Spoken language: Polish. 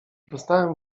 dostałem